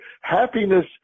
Happiness